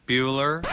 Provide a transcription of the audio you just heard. Bueller